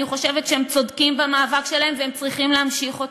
אני חושבת שהם צודקים במאבק שלהם והם צריכים להמשיך אותו.